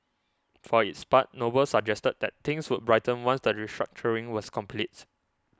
for its part Noble suggested that things would brighten once the restructuring was complete